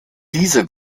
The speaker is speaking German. diese